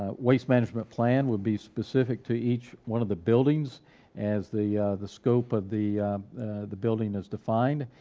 waste management plan will be specific to each one of the buildings as the the scope of the the building is defined,